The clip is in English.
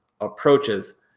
approaches